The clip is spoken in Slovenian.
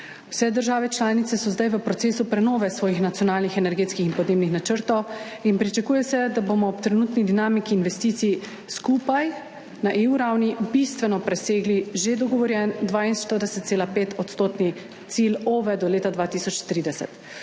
Vse države članice so zdaj v procesu prenove svojih nacionalnih energetskih in podnebnih načrtovin pričakuje se, da bomo ob trenutni dinamiki investicij skupaj na ravni EU bistveno presegli že dogovorjen 42,5-odstotni cilj OVE do leta 2030.